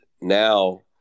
now